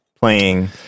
playing